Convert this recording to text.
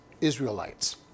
Israelites